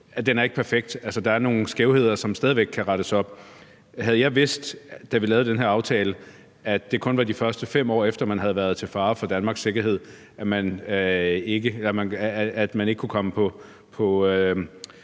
den ikke er perfekt. Der er nogle skævheder, som stadig væk kan rettes op. Havde jeg vidst, da vi lavede den her aftale, at det kun var de første 5 år, efter at man havde været til fare for Danmarks sikkerhed, at man ikke kunne komme på